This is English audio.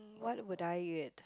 what would I eat